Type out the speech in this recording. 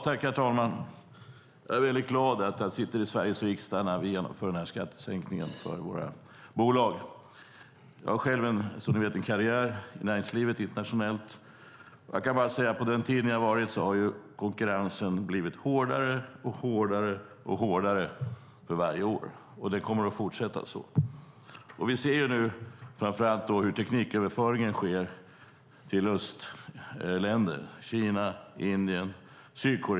Herr talman! Jag är glad att jag sitter i Sveriges riksdag när vi genomför denna skattesänkning för våra bolag. Som ni vet har jag själv gjort karriär i näringslivet internationellt. Under den tid jag har varit där har konkurrensen blivit allt hårdare för varje år, och det kommer att fortsätta så. Vi ser nu framför allt hur tekniköverföringen sker till östländer - Kina, Indien och Sydkorea.